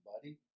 buddy